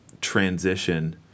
transition